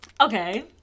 Okay